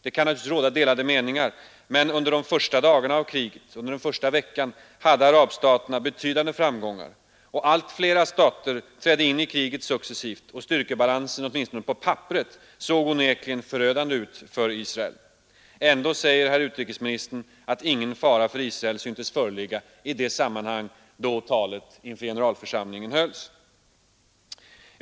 Det kan naturligtvis råda delade meningar, men under den första veckan av kriget hade arabstaterna betydande framgångar. Allt flera stater trädde successivt in i kriget, och styrkebalansen såg åtminstone på papperet onekligen förödande ut för Israel. Ändå säger herr utrikesministern att ingen fara för Israel syntes föreligga i det sammanhang då talet inför generalförsamlingen hölls!